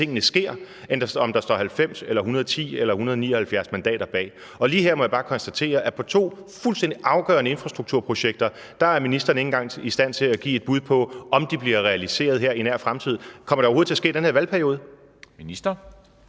tingene sker, end om der står 90, 110 eller 179 mandater bag, og lige her må jeg bare konstatere, at ministeren, hvad angår to fuldstændig afgørende infrastrukturprojekter, ikke engang er i stand til at give et bud på, om de bliver realiseret i en nær fremtid. Kommer det overhovedet til at ske i den her valgperiode? Kl.